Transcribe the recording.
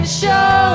show